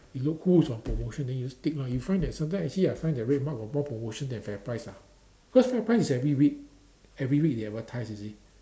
you look who is on promotion then you just pick lah you find that sometimes actually I find that RedMart got more promotion than FairPrice ah because FairPrice is every week every week they advertise you see